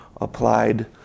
applied